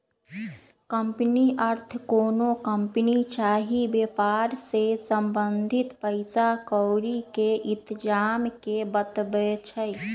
company अर्थ कोनो company चाही वेपार से संबंधित पइसा क्औरी के इतजाम के बतबै छइ